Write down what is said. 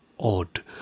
odd